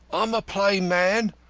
i'm a plain man,